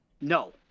no